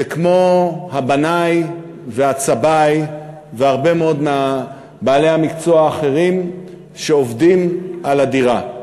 זה כמו הבנאי והצבעי והרבה מאוד מבעלי המקצוע האחרים שעובדים על הדירה.